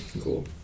Cool